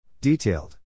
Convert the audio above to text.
Detailed